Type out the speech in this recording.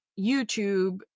YouTube